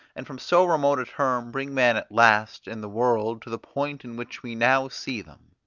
and from so remote a term bring man at last and the world to the point in which we now see them.